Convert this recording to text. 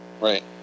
Right